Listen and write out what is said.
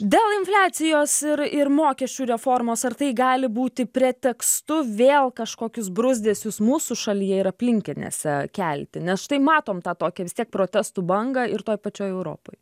dėl infliacijos ir ir mokesčių reformos ar tai gali būti pretekstu vėl kažkokius bruzdesius mūsų šalyje ir aplinkinėse kelti nes štai matom tą tokią vis tiek protestų bangą ir toj pačioj europoj